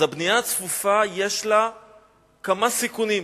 אז הבנייה הצפופה יש לה כמה סיכונים.